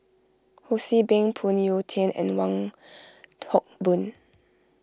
Ho See Beng Phoon Yew Tien and Wong Hock Boon